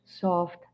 soft